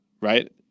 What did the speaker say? right